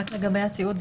רק לגבי התיעוד,